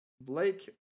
Blake